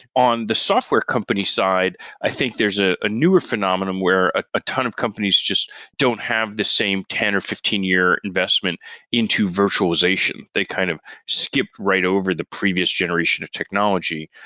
on the software company side, i think there's ah a newer phenomenon where a ton of companies just don't have the same ten or fifteen year investment into virtualization. they kind of skip right over the previous generation of technology,